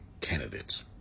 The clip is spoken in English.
candidates